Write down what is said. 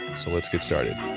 so let's get started